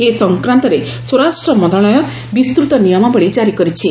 ଏ ସଂକ୍ରାନ୍ତରେ ସ୍ୱରାଷ୍ଟ୍ର ମନ୍ତ୍ରଣାଳୟ ବିସ୍ତୃତ ନିୟମାବଳୀ କାରି କରିଛି